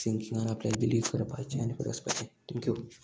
सिंगिंगान आपल्याक बिलीव करपाचें आनी फुडें वचपाचें थँक्यू